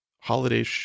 holiday